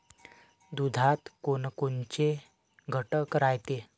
दुधात कोनकोनचे घटक रायते?